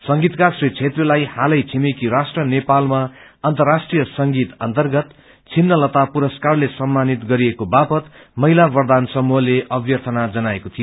संगीतकार श्री छेत्रीलाई हालै छिमेकी राष्ट्र नेपालमा अन्तराष्ट्रीय संगीत अन्तगत छिन्नलता पुरस्कारले सम्मानित भएको बापद महिला बरदान समूहले अर्म्यथना जनाएको थियो